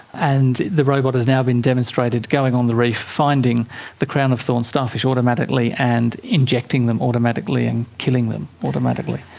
and the robot has now been demonstrated going on the reef, finding the crown-of-thorns starfish automatically and injecting them automatically and killing them automatically.